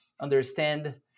understand